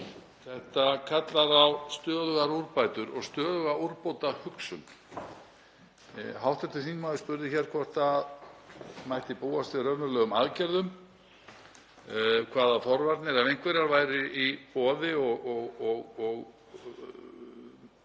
og kallar á stöðugar úrbætur og stöðuga úrbótahugsun. Hv. þingmaður spurði hvort það mætti búast við raunverulegum aðgerðum, hvaða forvarnir ef einhverjar væru í boði og hvort